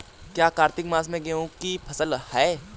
क्या कार्तिक मास में गेहु की फ़सल है?